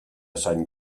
sant